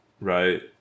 Right